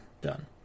done